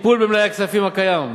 טיפול במלאי הכספים הקיים,